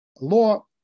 law